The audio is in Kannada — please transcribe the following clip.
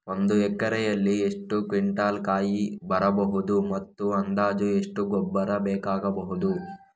ಒಂದು ಎಕರೆಯಲ್ಲಿ ಎಷ್ಟು ಕ್ವಿಂಟಾಲ್ ಕಾಯಿ ಬರಬಹುದು ಮತ್ತು ಅಂದಾಜು ಎಷ್ಟು ಗೊಬ್ಬರ ಬೇಕಾಗಬಹುದು?